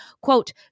quote